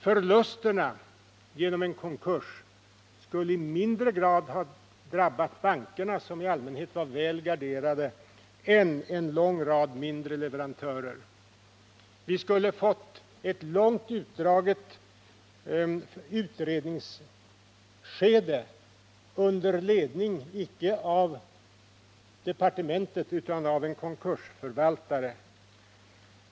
Förlusterna genom en konkurs skulle i mindre grad ha drabbat bankerna, som i allmänhet var väl garderade, än en lång rad mindre leverantörer. Det hade fört med sig ett långt utdraget utredningsskede under ledning, icke av departementet utan av en konkursförvaltare.